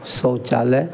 शौचालय